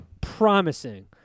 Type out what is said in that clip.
promising